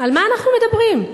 על מה אנחנו מדברים?